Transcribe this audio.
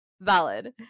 valid